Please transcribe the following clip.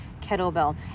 kettlebell